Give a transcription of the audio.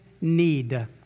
need